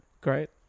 Great